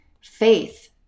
faith